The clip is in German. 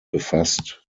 befasst